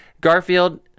Garfield